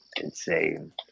Insane